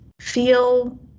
feel